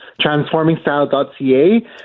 transformingstyle.ca